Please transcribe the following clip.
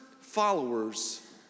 followers